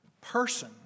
person